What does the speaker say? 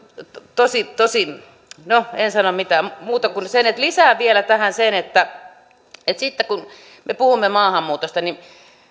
tosi tosi no en sano mitään muuta kuin sen että lisään vielä tähän sen että että sitten kun me puhumme maahanmuutosta niin